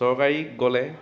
চৰকাৰীত গ'লে